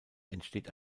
entsteht